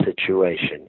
situation